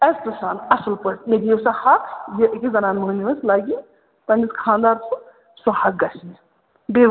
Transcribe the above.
عزتہٕ سان اَصٕل پٲٹھۍ مےٚ دِیِو سا حق یہِ أکِس زنان مٔہِنوِس لَگہِ پنٛنِس خاندار سُنٛد سُہ حق گژھِ مےٚ ڈِو